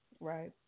Right